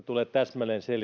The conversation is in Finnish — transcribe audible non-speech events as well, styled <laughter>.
<unintelligible> tulee täsmälleen